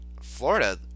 Florida